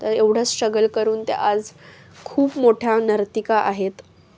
एवढं स्ट्रगल करून ते आज खूप मोठ्या नर्तिका आहेत